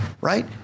right